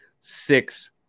six